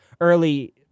early